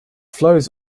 flows